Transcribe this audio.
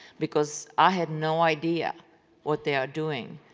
because i had no idea what they are doing.